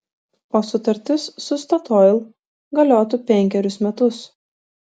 o sutartis su statoil galiotų penkerius metus